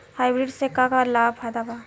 Hybrid से का का फायदा बा?